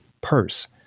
purse